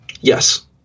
Yes